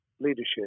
leadership